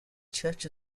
church